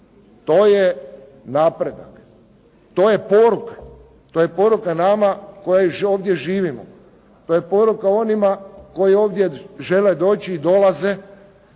To je napredak. To je poruka. To je poruka nama koji ovdje živimo. To je poruka onima koji ovdje žele doći i dolaze